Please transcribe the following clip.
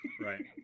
Right